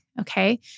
Okay